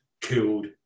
killed